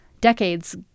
decades